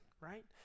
right